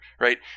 right